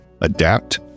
Adapt